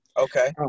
Okay